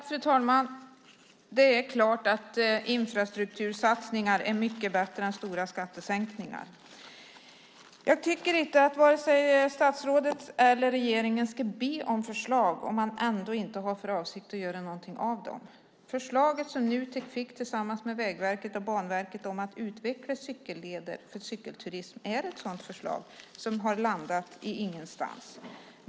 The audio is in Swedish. Fru talman! Det är klart att infrastruktursatsningar är mycket bättre än stora skattesänkningar. Jag tycker inte att vare sig statsrådet eller regeringen ska be om förslag om de ändå inte har för avsikt att göra någonting av dem. Det förslag som Nutek tillsammans med Vägverket och Banverket fick om att utveckla cykelleder för cykelturism är ett sådant förslag som inte har landat någonstans.